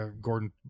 Gordon